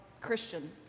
Christian